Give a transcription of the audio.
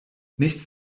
nichts